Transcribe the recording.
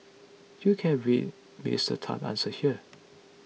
you can read Minister Tan's answer here